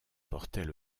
portaient